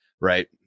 right